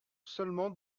seulement